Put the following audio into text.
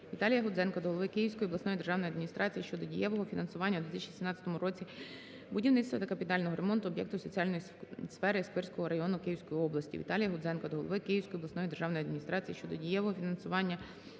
Віталія Гузенка до голови Київської обласної державної адміністрації щодо дієвого фінансування у 2017 році будівництва та капітального ремонту об'єктів соціальної сфери у Сквирському районі Київської області. Віталія Гудзенка до голови Київської обласної державної адміністрації щодо дієвого фінансування